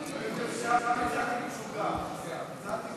אם אפשר, קצת עם תשוקה, השר.